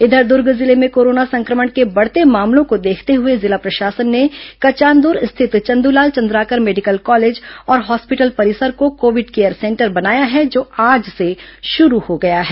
इधर दुर्ग जिले में कोरोना संक्रमण के बढ़ते मामलों को देखते हुए जिला प्रशासन ने कचांदूर स्थित चंदूलाल चंद्राकर मेडिकल कॉलेज और हॉस्पिटल परिसर को कोविड केयर सेंटर बनाया है जो आज से शुरू हो गया है